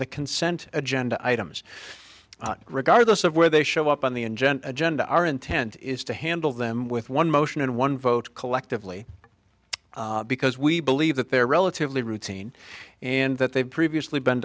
the consent agenda items regardless of where they show up on the engine agenda our intent is to handle them with one motion and one vote collectively because we believe that they're relatively routine and that they've previously been